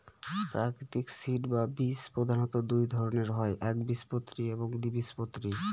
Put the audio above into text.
প্রাকৃতিক সিড বা বীজ প্রধানত দুই ধরনের হয় একবীজপত্রী এবং দ্বিবীজপত্রী